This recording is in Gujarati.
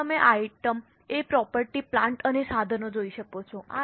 તેથી તમે આઇટમ એ પ્રોપર્ટી પ્લાન્ટ અને સાધનો જોઈ શકો છો